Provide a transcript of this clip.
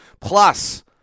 Plus